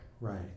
Right